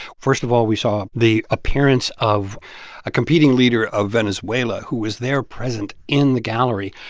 first of all, we saw the appearance of a competing leader of venezuela who was there present in the gallery,